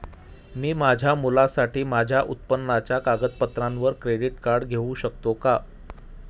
मी माझ्या मुलासाठी माझ्या उत्पन्नाच्या कागदपत्रांवर क्रेडिट कार्ड घेऊ शकतो का?